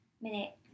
minute